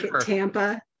Tampa